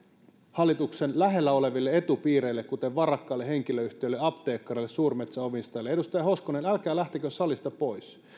hallituksen lähellä oleville etupiireille kuten varakkaille henkilöyhtiöille apteekkareille suurmetsänomistajille edustaja hoskonen älkää lähtekö salista pois